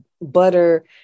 butter